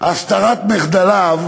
הסתרת מחדליו.